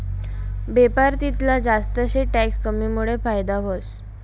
बेपार तितला जास्त शे टैक्स कमीमुडे फायदा व्हस